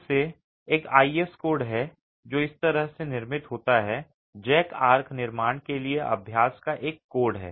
फिर से एक आईएस कोड है जो इस तरह से निर्मित होता है जैक आर्क निर्माण के लिए अभ्यास का एक कोड है